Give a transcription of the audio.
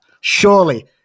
Surely